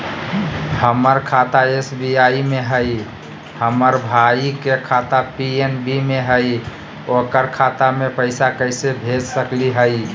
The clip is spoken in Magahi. हमर खाता एस.बी.आई में हई, हमर भाई के खाता पी.एन.बी में हई, ओकर खाता में पैसा कैसे भेज सकली हई?